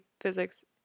physics